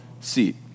seat